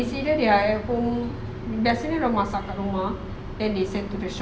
is either at home biasanya dorang masak kat rumah then they send to the shop